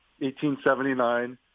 1879